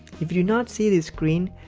if you do not see this screen,